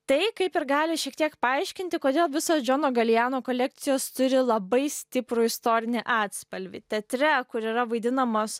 tai kaip ir gali šiek tiek paaiškinti kodėl visos džono galijano kolekcijos turi labai stiprų istorinį atspalvį teatre kur yra vaidinamos